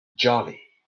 jolly